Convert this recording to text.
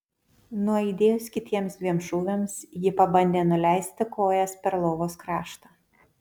nuaidėjus kitiems dviem šūviams ji pabandė nuleisti kojas per lovos kraštą